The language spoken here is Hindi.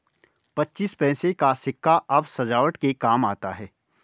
पच्चीस पैसे का सिक्का अब सजावट के काम आता है